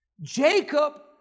Jacob